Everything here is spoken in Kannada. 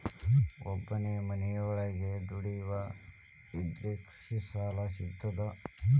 ಒಬ್ಬನೇ ಮನಿಯೊಳಗ ದುಡಿಯುವಾ ಇದ್ರ ಕೃಷಿ ಸಾಲಾ ಸಿಗ್ತದಾ?